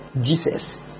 Jesus